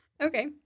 Okay